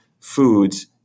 foods